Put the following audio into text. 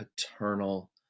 Paternal